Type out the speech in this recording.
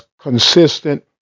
consistent